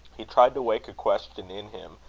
he tried to wake a question in him,